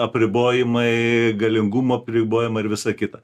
apribojimai galingumo apribojimai ir visa kita